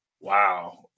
Wow